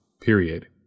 period